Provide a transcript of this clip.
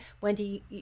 Wendy